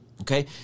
okay